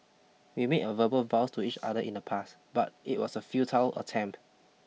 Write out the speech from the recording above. we made a verbal vows to each other in the past but it was a futile attempt